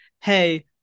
hey